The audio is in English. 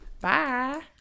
Bye